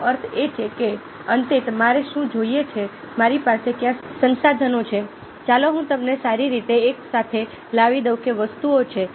એનો અર્થ એ છે કે અંતે મારે શું જોઈએ છેમારી પાસે કયા સંસાધનો છે ચાલો હું તેમને સારી રીતે એકસાથે લાવી દઉં કે તે વસ્તુઓ છે